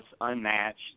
unmatched